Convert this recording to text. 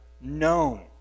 known